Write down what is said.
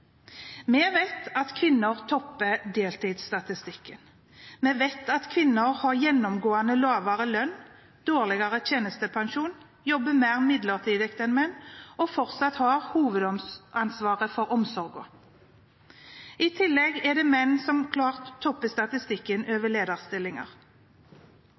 Vi vet at kvinner topper deltidsstatistikken, og vi vet at kvinner har gjennomgående lavere lønn, dårligere tjenestepensjon, jobber mer midlertidig enn menn og fortsatt har hovedansvaret for omsorgen. I tillegg er det menn som klart topper statistikken